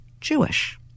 jewish